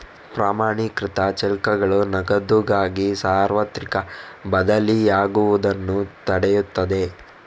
ಪ್ರಮಾಣೀಕೃತ ಚೆಕ್ಗಳು ನಗದುಗಾಗಿ ಸಾರ್ವತ್ರಿಕ ಬದಲಿಯಾಗುವುದನ್ನು ತಡೆಯುತ್ತದೆ